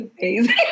amazing